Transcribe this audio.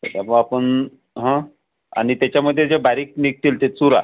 बघू आपण हं आणि त्याच्यामध्ये जे बारीक निघतील ते चुरा